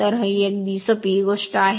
तर ही अगदी सोपी गोष्ट आहे